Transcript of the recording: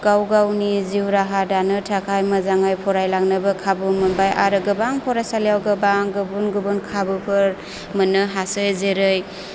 गाव गावनि जिउ राहा दानो थाखाय मोजाङै फरायलांनोबो खाबु मोनबाय आरो गोबां फरायसालियाव गोबां गुबुन गुबुन खाबुफोर मोननो हासै जेरै